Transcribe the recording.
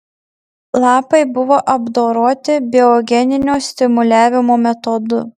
lapai buvo apdoroti biogeninio stimuliavimo metodu